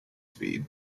speed